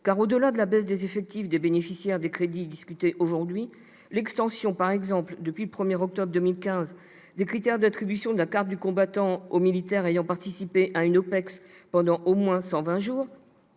au-delà de la baisse des effectifs des bénéficiaires des crédits discutés aujourd'hui, l'extension, par exemple, depuis le 1 octobre 2015, des critères d'attribution de la carte du combattant aux militaires ayant participé à une OPEX pendant au moins 120 jours